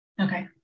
Okay